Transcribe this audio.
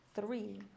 three